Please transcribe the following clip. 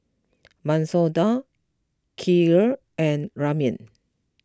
Masoor Dal Kheer and Ramen